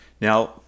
now